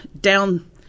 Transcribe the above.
down